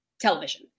television